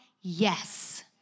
Yes